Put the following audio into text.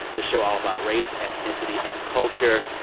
the show all about race, ethnicity and culture.